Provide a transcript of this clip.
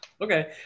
Okay